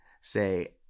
say